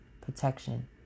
protection